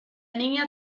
niña